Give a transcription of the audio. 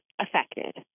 affected